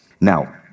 Now